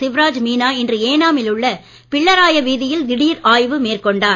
சிவராஜ் மீனா இன்று ஏனா மில் உள்ள பிள்ளராய வீதியில் திடீர் ஆய்வு மேற்கொண்டார்